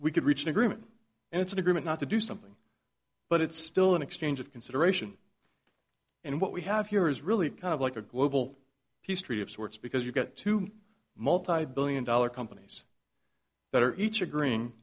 we could reach an agreement and it's an agreement not to do something but it's still an exchange of consideration and what we have here is really kind of like a global peace treaty of sorts because you get to multibillion dollar companies that are each agree